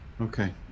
Okay